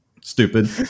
Stupid